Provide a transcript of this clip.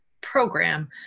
program